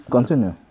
Continue